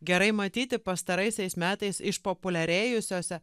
gerai matyti pastaraisiais metais išpopuliarėjusiose